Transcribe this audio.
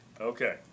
Okay